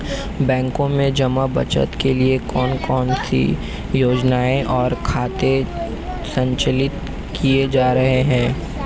बैंकों में जमा बचत के लिए कौन कौन सी योजनाएं और खाते संचालित किए जा रहे हैं?